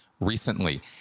recently